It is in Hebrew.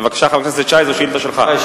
בבקשה, חבר הכנסת שי, זאת שאילתא שלך.